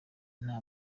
nta